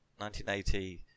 1980